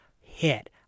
hit